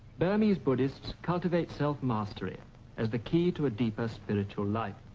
burmese buddhists cultivate self-mastery as the key to a deeper spiritual life.